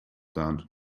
that